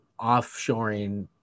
offshoring